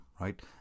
right